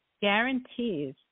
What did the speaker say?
guarantees